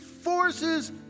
Forces